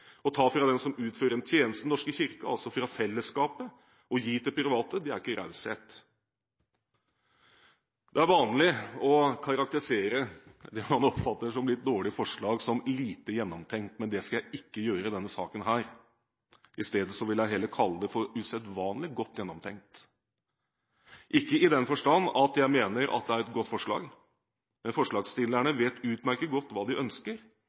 gi til private, er ikke raushet. Det er vanlig å karakterisere det man oppfatter som litt dårlige forslag, som lite gjennomtenkt, men det skal jeg ikke gjøre i denne saken. Isteden vil jeg heller kalle det usedvanlig godt gjennomtenkt. Ikke i den forstand at jeg mener det er et godt forslag, men forslagsstillerne vet utmerket godt hva de ønsker: